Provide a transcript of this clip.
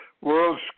World